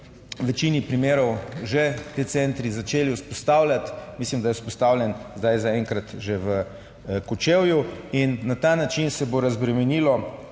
večini primerov že ti centri začeli vzpostavljati, mislim, da je vzpostavljen zdaj zaenkrat že v Kočevju in na ta način se bo razbremenilo